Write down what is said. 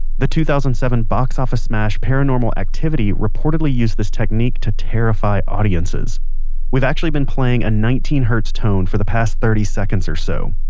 the two thousand and seven box office smash paranormal activity reportedly used this technique to terrify audiences we've actually been playing a nineteen hertz tone for the past thirty seconds or so,